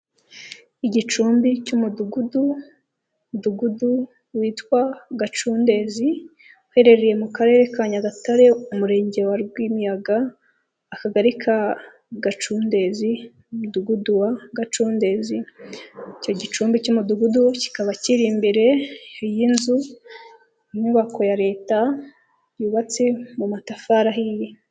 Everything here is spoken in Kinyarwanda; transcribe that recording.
Igicumbi cy'Umudugudu, Udugudu witwa Gacundezi uherereye mu Karere ka Nyagatare, Umurenge wa Rwimiyaga, Akagari ka Gacudezi, Umudugudu wa Gacudezi, icyo gicumbi cy'Umudugudu kikaba kiri imbere y'inzu, inyubako ya Leta yubatse mu matafari ahiye.